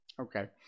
Okay